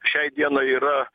šiai dienai yra